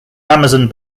amazon